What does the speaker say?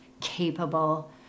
capable